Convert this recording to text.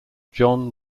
john